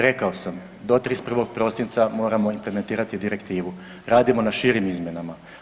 Rekao sam do 31. prosinca moramo implementirati direktivu, radimo na širim izmjenama.